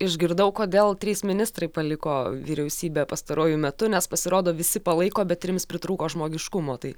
išgirdau kodėl trys ministrai paliko vyriausybę pastaruoju metu nes pasirodo visi palaiko bet trims pritrūko žmogiškumo tai